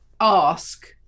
ask